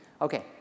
Okay